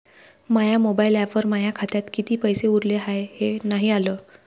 माया mobile ॲपवर माया खात्यात किती पैसे उरले हाय हे नाही आलं